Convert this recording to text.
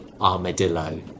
armadillo